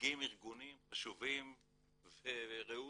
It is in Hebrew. שמייצגים ארגונים חשובים וראויים,